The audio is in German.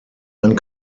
ein